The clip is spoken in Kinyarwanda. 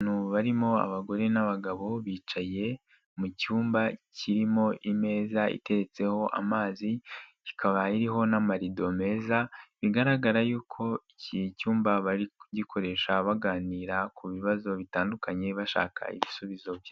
Abantu barimo abagore n'abagabo bicaye mucyumba kirimo imeza iteretseho amzi, ikaba iriho n'amarido meza bigaragara yuko iki cyumba bari kugikoresha baganira ku bibazo bitandukanye bashaka ibisubizo.